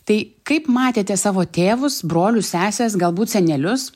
tai kaip matėte savo tėvus brolius sesės galbūt senelius